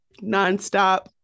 nonstop